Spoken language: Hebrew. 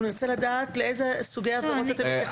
אנחנו נרצה לדעת לאיזה סוג עבירות אתם מתייחסים,